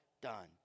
done